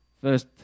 first